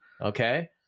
Okay